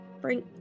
bring